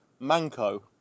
Manco